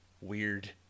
weird